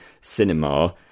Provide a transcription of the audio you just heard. cinema